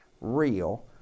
real